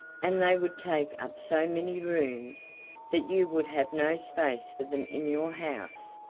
and they would take up so many rooms that you would have no space for them in your house.